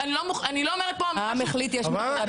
אני לא אומרת פה משהו קיצוני.